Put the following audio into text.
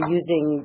using